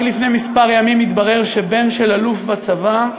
רק לפני כמה ימים התברר שבן של אלוף בצבא,